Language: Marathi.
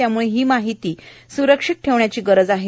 त्याम्ळे ही माहिती स्रक्षित ठेवण्याची गरज आहे